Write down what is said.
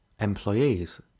employees